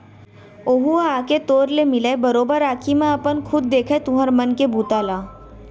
ओहूँ ह आके तोर ले मिलय, बरोबर आंखी म अपन खुद देखय तुँहर मन के बूता ल